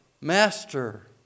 Master